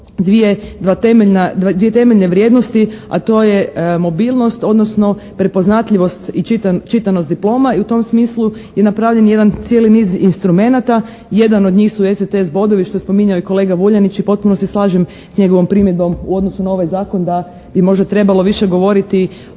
dvije temeljne vrijednosti, a to je mobilnost, odnosno prepoznatljivost i čitanost diploma i u tom smislu je napravljen jedan cijeli niz instrumenata, jedan od njih su ECTS bodovi što je spominjao i kolega Vuljanić i potpuno se slažem s njihovom primjedbom u odnosu na ovaj Zakon da bi možda trebalo više govoriti